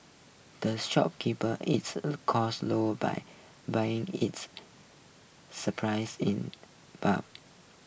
the shop keeper its costs low by buying its supplies in bulk